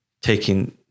taking